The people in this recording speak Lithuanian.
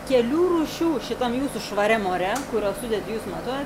kelių rūšių šitam jūsų švariam ore kurio sudėtį jūs matuojat